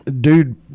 dude